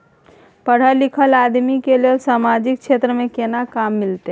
पढल लीखल आदमी के लेल सामाजिक क्षेत्र में केना काम मिलते?